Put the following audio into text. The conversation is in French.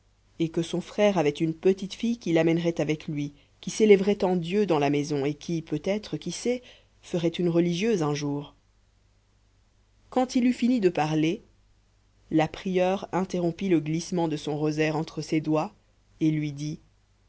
et que son frère avait une petite fille qu'il amènerait avec lui qui s'élèverait en dieu dans la maison et qui peut-être qui sait ferait une religieuse un jour quand il eut fini de parler la prieure interrompit le glissement de son rosaire entre ses doigts et lui dit